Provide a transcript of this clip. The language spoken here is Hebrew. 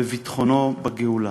בביטחונו בגאולה".